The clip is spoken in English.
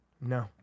No